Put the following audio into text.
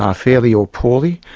um fairly or poorly,